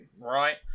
right